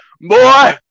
boy